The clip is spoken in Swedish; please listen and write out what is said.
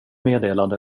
meddelande